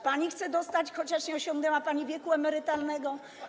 Pani chce dostać, chociaż nie osiągnęła pani wieku emerytalnego?